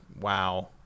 wow